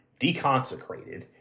deconsecrated